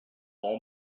all